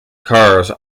cars